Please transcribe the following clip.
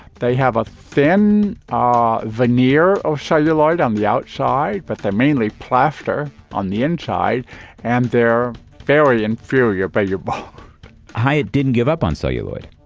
they have a thin ah veneer of celluloid on the outside, but they're mainly plaster on the inside and they're a very inferior billiard ball hyatt didn't give up on celluloid.